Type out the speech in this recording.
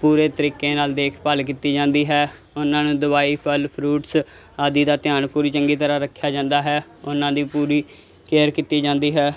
ਪੂਰੇ ਤਰੀਕੇ ਨਾਲ ਦੇਖਭਾਲ ਕੀਤੀ ਜਾਂਦੀ ਹੈ ਉਹਨਾਂ ਨੂੰ ਦਵਾਈ ਫਲ ਫਰੂਟਸ ਆਦਿ ਦਾ ਧਿਆਨ ਪੂਰੀ ਚੰਗੀ ਤਰ੍ਹਾਂ ਰੱਖਿਆ ਜਾਂਦਾ ਹੈ ਉਹਨਾਂ ਦੀ ਪੂਰੀ ਕੇਅਰ ਕੀਤੀ ਜਾਂਦੀ ਹੈ